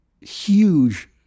huge